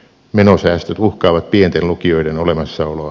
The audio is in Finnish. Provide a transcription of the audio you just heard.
menosäästöt uhkaavat pienten lukioiden olemassaoloa